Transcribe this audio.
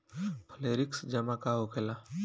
Flexi जमा का होखेला?